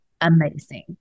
amazing